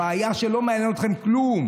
הבעיה היא שלא מעניין אתכם כלום.